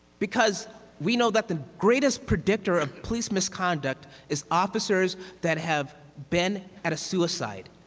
because we know that the greatest predictor of police misconduct is officers that have been at a suicide,